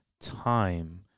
time